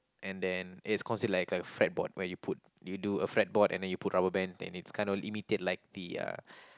and then it consist like a fretboard where you put you do a fretboard and you put rubber band and it's kind of imitate like the uh